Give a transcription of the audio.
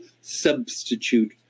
substitute